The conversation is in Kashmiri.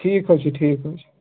ٹھیٖک حظ چھُ ٹھیٖک حظ چھُ